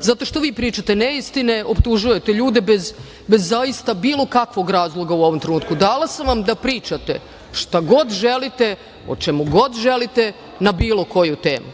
zato što vi pričate neistine, optužujete ljude bez zaista bilo kakvog razloga u ovom trenutku. Dala sam vam da pričate šta god želite, o čemu god želite, na bilo koju temu,